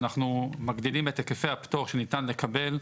אנחנו מגדילים את היקפי הפטור שניתן לקבל,